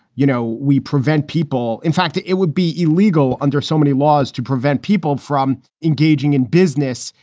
you know, we prevent people. in fact, it it would be illegal under so many laws to prevent people from engaging in business,